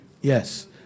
Yes